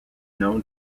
known